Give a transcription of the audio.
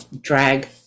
drag